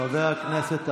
חבר הכנסת ארבל,